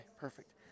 perfect